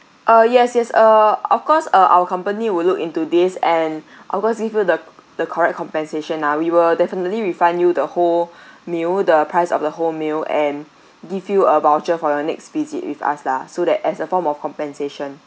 uh yes yes uh of course uh our company will look into this and of course give you the the correct compensation ah we will definitely refund you the whole meal the price of the whole meal and give you a voucher for your next visit with us lah so that as a form of compensation